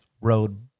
road